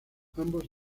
ambos